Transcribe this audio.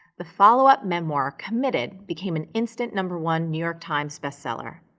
the follow up memoir, committed, became an instant number one new york times bestseller.